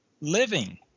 living